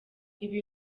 ibi